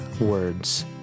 words